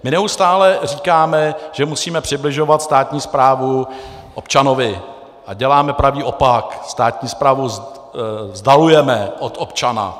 My neustále říkáme, že musíme přibližovat státní správu občanovi, a děláme pravý opak, státní správu vzdalujeme od občana.